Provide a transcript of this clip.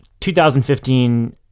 2015